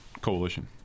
coalition